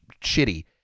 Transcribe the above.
shitty